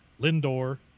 Lindor